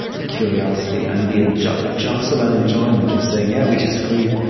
of curiosity and the and the jostle and enjoyment of saying, yeah, we disagree.